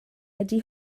ydy